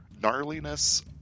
gnarliness